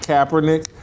Kaepernick